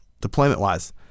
deployment-wise